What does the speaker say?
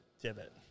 Divot